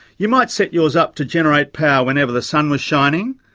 you might set yours up to generate power whenever the sun was shining,